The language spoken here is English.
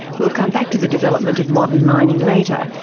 we'll come back to the development of modern mining later,